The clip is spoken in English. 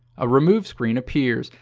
a remove screen appears,